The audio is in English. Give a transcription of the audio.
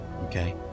okay